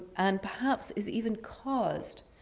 and perhaps is even caused